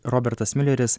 robertas miuleris